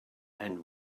and